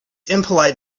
impolite